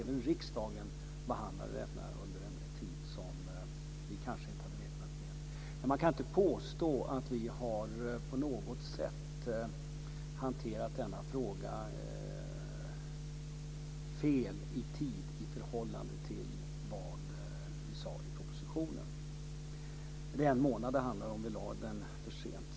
Även riksdagens behandling drog alltså ut på ett sätt som vi inte hade räknat med. Man kan dock inte påstå att vi på något sätt har hanterat denna fråga fel tidsmässigt i förhållande till vad vi uttalade i propositionen. Det handlar om att vi lade fram denna en månad för sent.